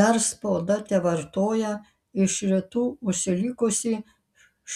dar spauda tevartoja iš rytų užsilikusį